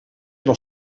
nog